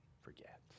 forget